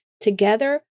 Together